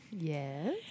Yes